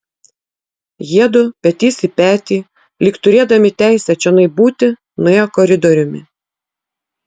jiedu petys į petį lyg turėdami teisę čionai būti nuėjo koridoriumi